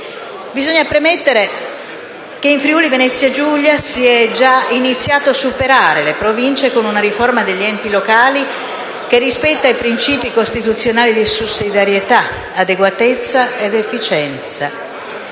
Bisogna premettere che in Friuli-Venezia Giulia si è già iniziato a superare le Province, con una riforma degli enti locali che rispetta i principi costituzionali di sussidiarietà, adeguatezza ed efficienza.